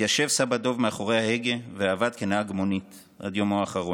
התיישב סבא דב מאחורי ההגה ועבד כנהג מונית עד יומו האחרון.